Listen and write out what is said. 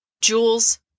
Jules